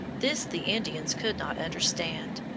this the indians could not understand.